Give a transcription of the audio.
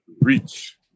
reach